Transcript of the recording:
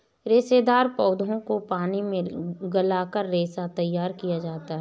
रेशेदार पौधों को पानी में गलाकर रेशा तैयार किया जाता है